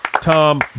Tom